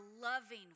loving